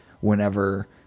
whenever